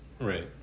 Right